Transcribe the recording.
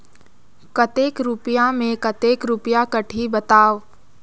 कतेक रुपिया मे कतेक रुपिया कटही बताव?